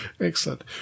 Excellent